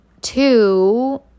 Two